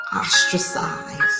ostracized